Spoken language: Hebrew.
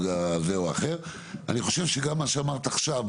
אני חושב שמה שאמרת עכשיו,